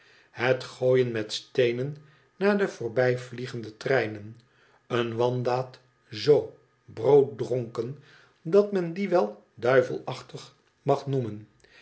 het gooien met steenen naar de voorbijvliegende treinen een wandaad z brooddronken dat men die wel duivelachtig mag noemen